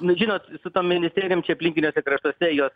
nu žinot su tom ministerijom čia aplinkiniuose kraštuose jos